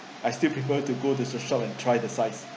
I still prefer to go to the shop and try the size